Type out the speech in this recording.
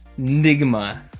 Nigma